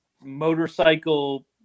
motorcycle